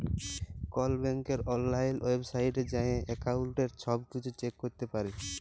call ব্যাংকের অললাইল ওয়েবসাইটে যাঁয়ে এক্কাউল্টের ছব কিছু চ্যাক ক্যরতে পারি